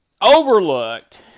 overlooked